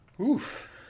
Oof